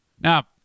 Now